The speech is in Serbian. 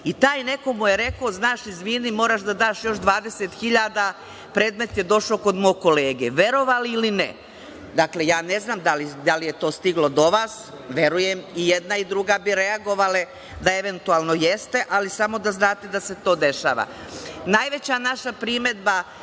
Taj neko mu je rekao – znaš, izvini, moraš da daš još 20.000, predmet je došao kod mog kolege, verovali ili ne. Ja ne znam da li je to stiglo do vas. Verujem i jedna i druga bi reagovale da eventualno jeste, ali samo da znate da se to dešava. Najveća naša primedba